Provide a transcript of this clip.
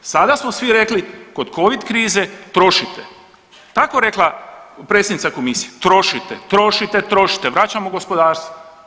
Sada smo svi rekli kod covid krize trošite, jel tako rekla predsjednica komisije, trošite, trošite, trošite, vraćamo gospodarstvo.